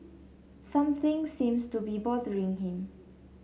something seems to be bothering him